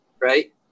right